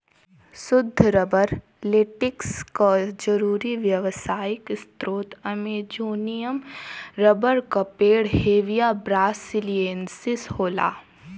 सुद्ध rubber latex क जरुरी व्यावसायिक स्रोत अमेजोनियन रबर क पेड़ हेविया ब्रासिलिएन्सिस होला